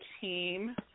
team